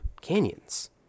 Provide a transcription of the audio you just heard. canyons